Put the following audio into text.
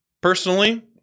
Personally